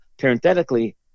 parenthetically